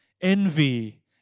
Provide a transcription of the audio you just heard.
Envy